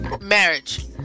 Marriage